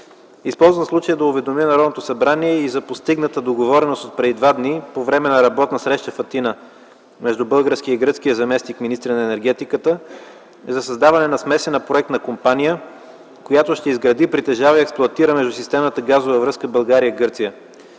Използвам случая да уведомя Народното събрание за постигната договореност преди два дни по време на работна среща в Атина между български и гръцки заместник-министри на енергетиката за създаване на смесена проектна компания, която ще изгради, притежава и експлоатира междусистемната газова връзка България и Гърция.